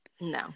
No